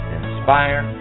inspire